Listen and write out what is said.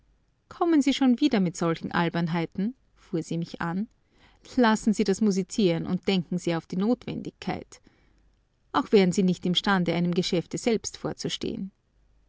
kommen sie schon wieder mit solchen albernheiten fuhr sie mich an lassen sie das musizieren und denken sie auf die notwendigkeit auch wären sie nicht imstande einem geschäfte selbst vorzustehen